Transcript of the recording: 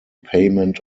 payment